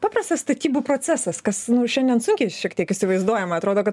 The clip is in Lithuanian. paprastas statybų procesas kas šiandien sunkiai šiek tiek įsivaizduojama atrodo kad